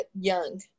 young